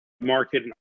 market